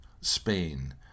Spain